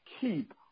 Keep